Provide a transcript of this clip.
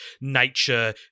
nature